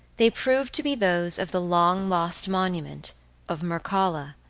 they proved to be those of the long lost monument of mircalla,